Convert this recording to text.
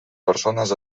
persones